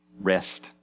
Rest